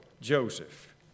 Joseph